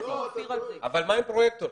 מה עם פרויקטור?